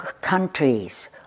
countries